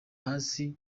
hasi